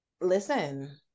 listen